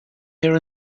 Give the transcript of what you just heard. here